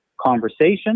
conversation